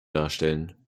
darstellen